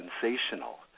sensational